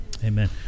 Amen